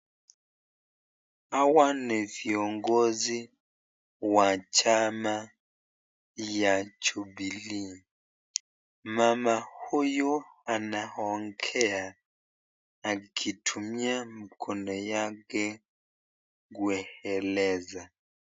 Hawa ni viongozi wa chama ya jubilee. Mama huyu anaongea akitumia mkono yake kueleza.